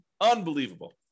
Unbelievable